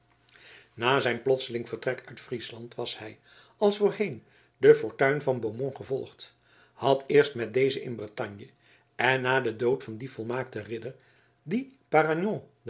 na zijn plotseling vertrek uit friesland was hij als voorheen de fortuin van beaumont gevolgd had eerst met dezen in bretagne en na den dood van dien volmaakten ridder dien parangon